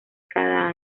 cada